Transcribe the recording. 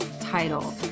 title